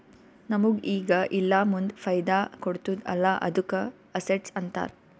ನಮುಗ್ ಈಗ ಇಲ್ಲಾ ಮುಂದ್ ಫೈದಾ ಕೊಡ್ತುದ್ ಅಲ್ಲಾ ಅದ್ದುಕ ಅಸೆಟ್ಸ್ ಅಂತಾರ್